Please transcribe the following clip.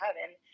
heaven